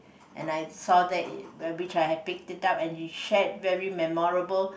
and I saw that it which I had picked it up and she shared very memorable